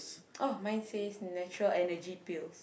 oh mine says natural Energy Pills